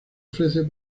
ofrece